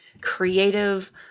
creative